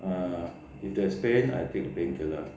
err if there is pain I take painkiller